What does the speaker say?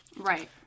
Right